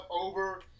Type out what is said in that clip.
over